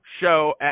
show